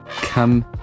Come